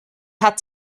hat